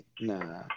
Nah